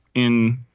in.